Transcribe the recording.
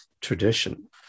tradition